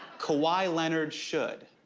kawhi leonard should.